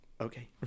Okay